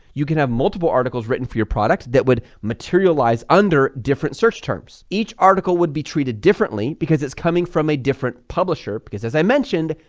you can have multiple articles written for your product that would materialize under different search terms, each article would be treated differently because it's coming from a different publisher, because as i mentioned,